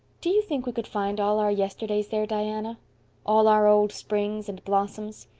do you think we could find all our yesterdays there, diana all our old springs and blossoms?